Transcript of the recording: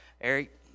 Eric